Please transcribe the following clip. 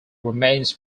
remains